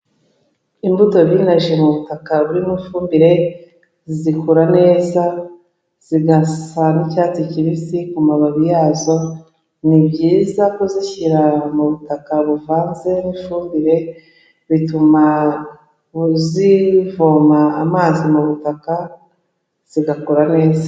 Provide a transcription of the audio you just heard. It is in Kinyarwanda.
Imbuto binaje mu butaka burimo ifumbire zikura neza, zigasa n'icyatsi kibisi ku mababi yazo, ni byiza kuzishyira mu butaka buvanze n'ifumbire bituma zivoma amazi mu butaka zigakura neza.